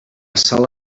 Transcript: sala